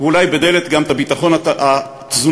ואולי בדל"ת גם את הביטחון התזונתי,